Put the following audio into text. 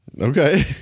Okay